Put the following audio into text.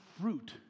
fruit